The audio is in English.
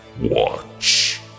Watch